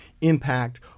impact